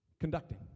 conducting